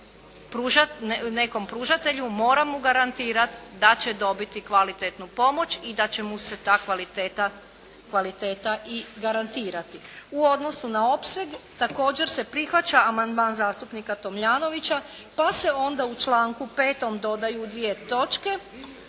nekom pružatelju mora mu garantirat da će dobiti kvalitetnu pomoć i da će mu se ta kvaliteta i garantirati. U odnosu na opseg također se prihvaća amandman zastupnika Tomljanovića pa se onda u članku 5. dodaju dvije točke